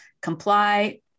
comply